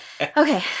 Okay